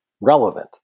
relevant